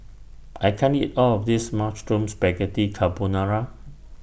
I can't eat All of This Mushroom Spaghetti Carbonara